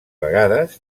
vegades